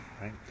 Right